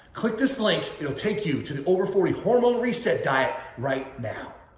click this link. it'll take you to the over forty hormone reset diet right now.